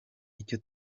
icyo